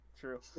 true